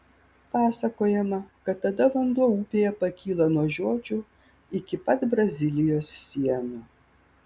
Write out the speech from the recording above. pasakojama kad tada vanduo upėje pakyla nuo žiočių iki pat brazilijos sienų